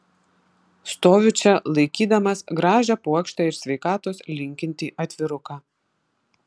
stoviu čia laikydamas gražią puokštę ir sveikatos linkintį atviruką